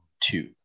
two